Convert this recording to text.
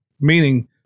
meaning